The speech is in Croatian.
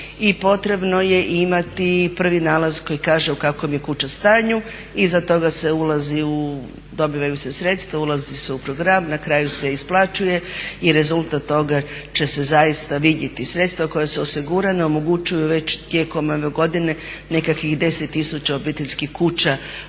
potrebno je imati prvi nalaz koji kaže u kakvom je kuća stanju. Iza toga se ulazi, dobivaju se sredstva, ulazi se u program, na kraju se isplaćuje i rezultat toga će se zaista vidjeti. Sredstva koja su osigurana omogućuju već tijekom ove godine nekakvih 10 000 obiteljskih kuća